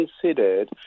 considered